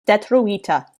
detruita